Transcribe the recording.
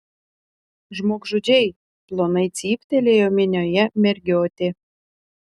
žmogžudžiai plonai cyptelėjo minioje mergiotė